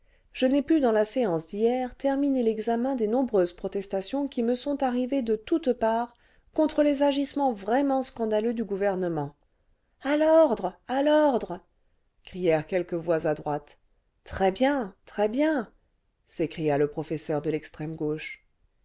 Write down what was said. je n'ai pu dans la séance d'hier terminer l'examen des nombreuses protestations qui me sont arrivées de toutes parts contre les agissements vraiment scandaleux du gouvernement a l'ordre à l'ordre crièrent quelques voix à droite très bien très bien s'écria le professeur de l'extrême gauche